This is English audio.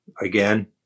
again